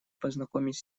познакомить